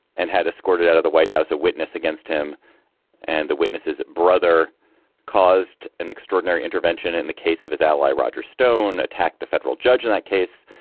and had escorted out of the white house, a witness against him and the witnesses brother caused an extraordinary intervention in the case of his ally, roger stone attacked a federal judge in that case,